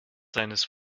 seines